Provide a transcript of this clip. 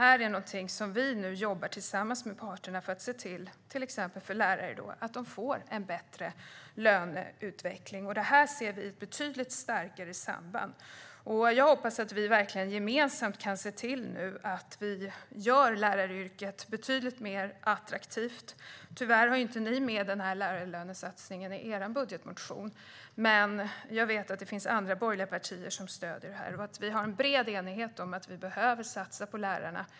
Vi jobbar nu tillsammans med parterna för att se till att till exempel lärare får en bättre löneutveckling. Vi ser ett betydligt starkare samband där. Jag hoppas att vi gemensamt kan se till att läraryrket nu blir betydligt mer attraktivt. Ni har tyvärr inte med en sådan lärarlönesatsning i er budgetmotion, Helena Bouveng, men jag vet att det finns andra borgerliga partier som stöder den. Det finns en bred enighet om att vi behöver satsa på lärarna.